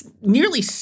nearly